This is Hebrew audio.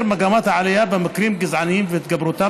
מגמת העלייה במקרים גזעניים והתגברותם